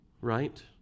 right